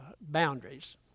boundaries